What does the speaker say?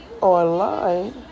online